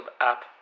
app